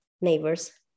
neighbors